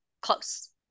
Close